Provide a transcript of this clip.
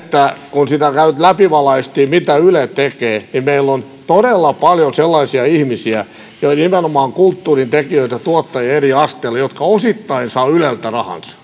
kun sitä läpivalaistiin mitä yle tekee niin meillä on todella paljon sellaisia ihmisiä ja nimenomaan kulttuurintekijöitä tuottajia eri asteilla jotka osittain saavat rahansa yleltä